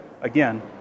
Again